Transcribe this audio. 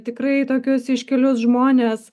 tikrai tokius iškilius žmones